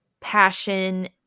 passion